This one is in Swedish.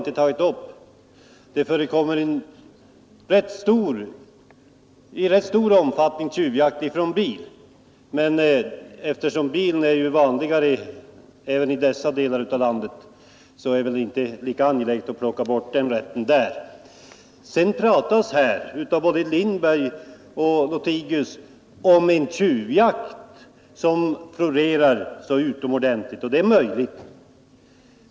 Tjuvjakt från bil förekommer i rätt stor omfattning, men eftersom bilen är vanligare även i dessa delar av landet är det tydligen inte lika angeläget att plocka bort rätten att medföra vapen i bil. Både herr Lindberg och herr Lothigius talade om att tjuvjakten florerar. Det är möjligt att den gör det.